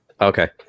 Okay